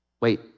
Wait